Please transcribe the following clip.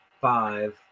five